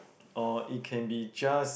or it can be just